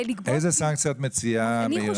איזה סנקציה מהירה את מציעה?